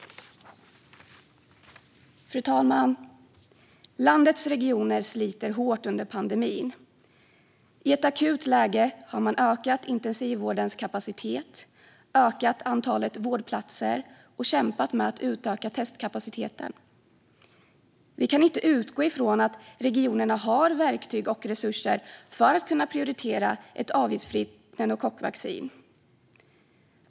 Fru talman! Landets regioner sliter hårt under pandemin. I ett akut läge har man ökat intensivvårdens kapacitet, ökat antalet vårdplatser och kämpat med att utöka testkapaciteten. Vi kan inte utgå ifrån att regionerna har verktyg och resurser för att kunna prioritera ett avgiftsfritt pneumokockvaccin.